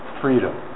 freedom